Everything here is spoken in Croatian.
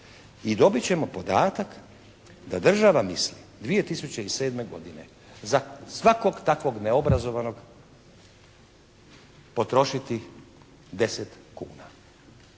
i dobit ćemo podatak da država misli 2007. godine za svakog takvog neobrazovanog potrošiti 10 kuna.